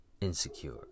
insecure